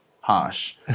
harsh